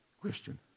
Question